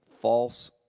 false